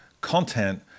content